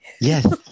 Yes